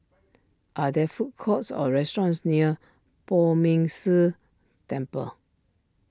are there food courts or restaurants near Poh Ming Tse Temple